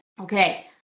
Okay